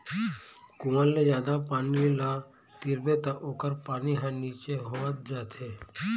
कुँआ ले जादा पानी ल तिरबे त ओखर पानी ह नीचे होवत जाथे